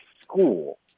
school